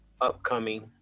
upcoming